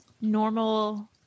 normal